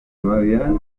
hamabian